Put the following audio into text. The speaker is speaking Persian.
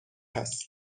هست